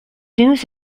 news